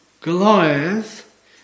Goliath